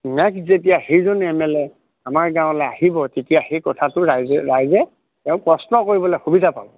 next যেতিয়া সেইজন M L A আমাৰ গাঁৱলৈ আহিব তেতিয়া সেই কথাটো ৰাইজে ৰাইজে তেওঁক প্ৰশ্ন কৰিবলৈ সুবিধা পাব